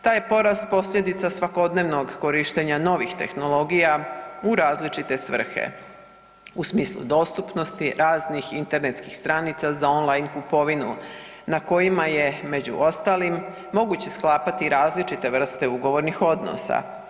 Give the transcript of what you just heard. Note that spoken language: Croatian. Taj je porast posljedica svakodnevnog korištenja novih tehnologija u različite svrhe u smislu dostupnosti raznih internetskih stranica za on line kupovinu na kojima je među ostalim moguće sklapati i različite vrste ugovornih odnosa.